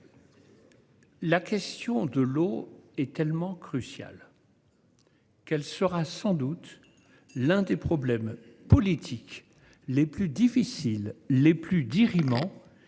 la question de l'eau est tellement cruciale qu'elle sera sans doute l'un des problèmes politiques les plus complexes et les plus dirimants